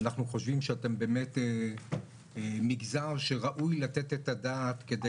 אנחנו חושבים שאתם באמת מגזר שראוי לתת את הדעת כדי